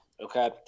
Okay